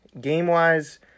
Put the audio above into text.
Game-wise